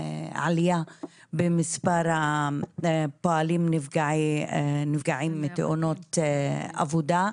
עלייה במספר הפועלים שנפגעים מתאונות עבודה.